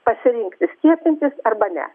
pasirinkti skiepintis arba ne